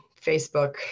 facebook